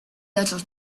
little